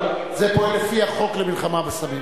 זה פועל לפי החוק למלחמה בסמים.